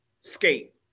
skate